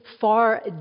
far